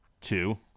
Two